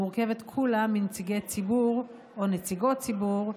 המורכבת כולה מנציגי ציבור או נציגות ציבור,